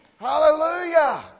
Hallelujah